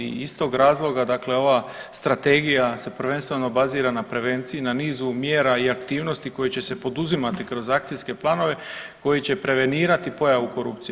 I iz tog razloga dakle ova strategija se prvenstveno bazira na prevenciji na nisu mjera i aktivnosti koje će se poduzimati kroz akcijske planove koji će prevenirati pojavu korupcije.